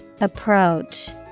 Approach